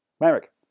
Merrick